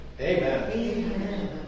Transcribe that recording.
Amen